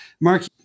Mark